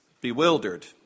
bewildered